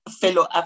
fellow